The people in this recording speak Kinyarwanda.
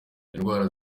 indwara